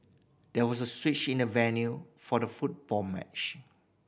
there was a switch in the venue for the football match